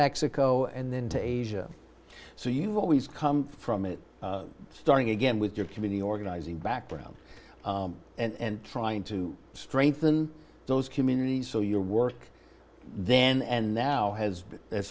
mexico and then to asia so you've always come from it starting again with your community organizing background and trying to strengthen those communities so you work then and now has